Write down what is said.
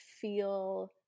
feel